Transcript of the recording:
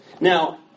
Now